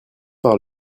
heure